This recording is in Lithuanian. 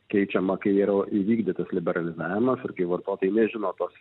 keičiama kai yra įvykdytas liberalizavimas ir kai vartotojai nežino tos